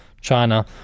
China